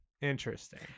Interesting